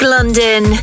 London